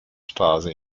straße